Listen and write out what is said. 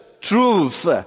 Truth